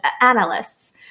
analysts